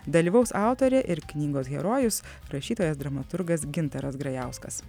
dalyvaus autorė ir knygos herojus rašytojas dramaturgas gintaras grajauskas